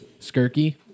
Skirky